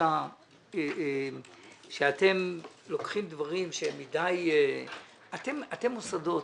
בתחושה שאתם לוקחים דברים שהם - אתם מוסדות.